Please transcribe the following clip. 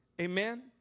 Amen